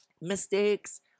mistakes